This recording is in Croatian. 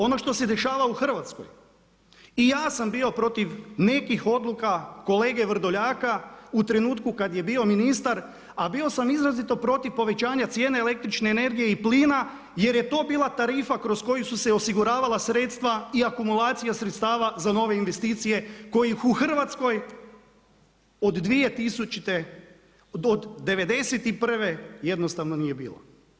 Ono što se dešava u Hrvatskoj i ja sam bio protiv nekih odluka kolege Vrdoljaka u trenutku kad je bio ministar, a bio sam izrazito protiv povećanja cijene električne energije i plina jer je to bila tarifa kroz koju su se osiguravala sredstva i akumulacija sredstava za nove investicije kojih u Hrvatskoj od 2000. od '91. jednostavno nije bilo.